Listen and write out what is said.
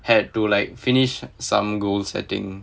had to like finish some goal setting